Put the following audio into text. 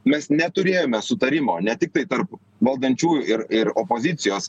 mes neturėjome sutarimo ne tiktai tarp valdančiųjų ir ir opozicijos